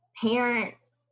parents